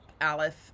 Alice